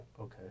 okay